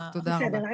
בסדר.